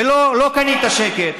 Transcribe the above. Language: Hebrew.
ולא, לא קנית שקט.